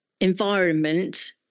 environment